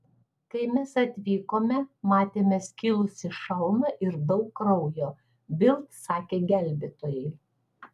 kai mes atvykome matėme skilusį šalmą ir daug kraujo bild sakė gelbėtojai